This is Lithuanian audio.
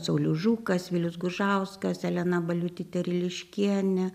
saulius žukas vilius gužauskas elena baliutytė riliškienė